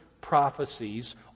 prophecies